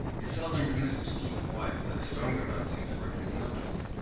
is seldom permitted to keep a wife that a stronger man thinks worth his notice.